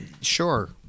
sure